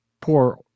poor